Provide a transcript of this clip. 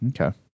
Okay